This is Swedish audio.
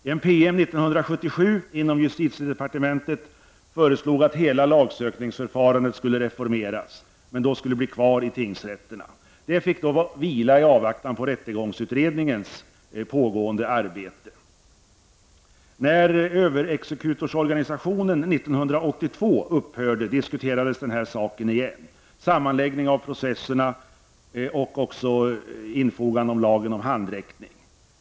I en PM år 1977 inom justitiedepartementet föreslogs att hela lagsökningsförfarandet skulle reformeras men att det skulle vara kvar i tingsrätterna. Förslaget fick vila i avvaktan på rättegångsutredningens pågående arbete. När överexekutorsorganisationen 1982 upphörde diskuterades på nytt en sammanläggning av de båda processerna och ett infogande av lagen om handräckning.